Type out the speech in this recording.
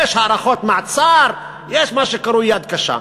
יש הארכות מעצר, יש מה שקרוי יד קשה.